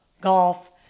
golf